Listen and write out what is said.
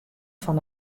fan